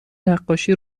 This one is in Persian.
نقاشی